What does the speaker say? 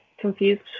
confused